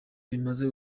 bimaze